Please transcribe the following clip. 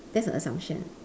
that's a assumption